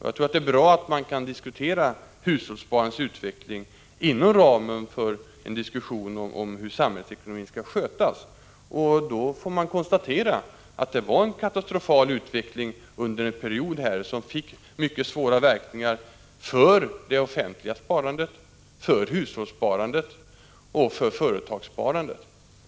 Jag tror att det är bra att man kan diskutera hushållssparandets utveckling inom ramen för en diskussion om hur samhällsekonomin skall skötas, och då får man konstatera att det under en period var en katastrofal utveckling, som fick mycket svåra verkningar för det offentliga sparandet, för hushållssparandet och för företagssparandet.